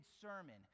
sermon